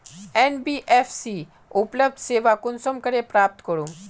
NBFC उपलब्ध सेवा कुंसम करे प्राप्त करूम?